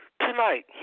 tonight